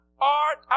art